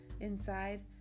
inside